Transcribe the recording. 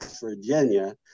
Virginia